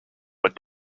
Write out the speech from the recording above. what